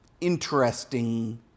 interesting